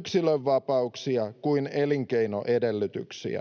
yksilönvapauksia kuin elinkeinoedellytyksiä.